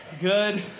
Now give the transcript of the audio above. good